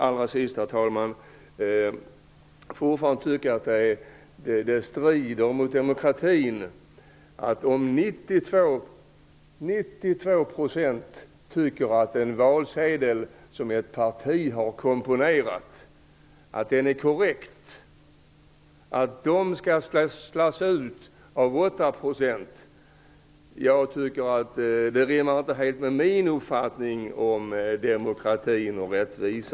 Allra sist: Jag tycker fortfarande att det strider mot demokratin att om 92 % anser att en valsedel som ett parti har komponerat är korrekt, skall dessa slås ut av 8 %. Det rimmar i alla fall inte med min uppfattning om demokrati och rättvisa.